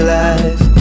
life